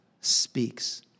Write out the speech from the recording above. speaks